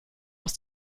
aus